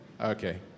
Okay